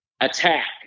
attack